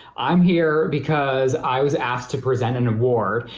i am here because i was asked to present an award,